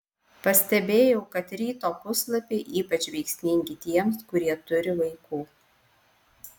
pastebėjau kad ryto puslapiai ypač veiksmingi tiems kurie turi vaikų